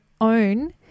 own